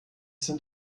sind